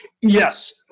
Yes